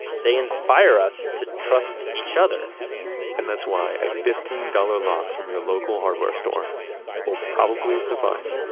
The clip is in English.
they inspire us to trust each other and that's why a fifteen dollars lock from your local hardware store will probably suffice